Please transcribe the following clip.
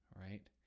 Right